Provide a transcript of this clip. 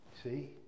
See